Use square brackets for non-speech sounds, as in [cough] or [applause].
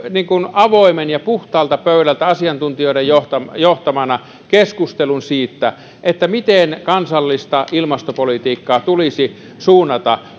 avoimen ja puhtaalta pöydältä asiantuntijoiden johtamana johtamana keskustelun siitä miten kansallista ilmastopolitiikkaa tulisi suunnata [unintelligible]